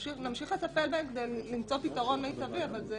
נמשיך לטפל בהם כדי למצוא פתרון מיטבי, אבל זה